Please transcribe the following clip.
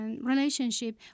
relationship